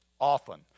often